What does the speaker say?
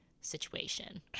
situation